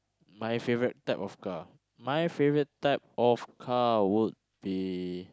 my favourite type of car my favourite type of car would be